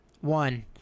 One